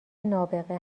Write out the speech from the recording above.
نابغه